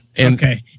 Okay